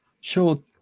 Sure